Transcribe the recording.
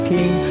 King